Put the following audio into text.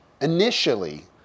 initially